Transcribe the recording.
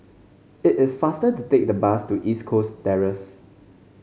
it is faster to take the bus to East Coast Terrace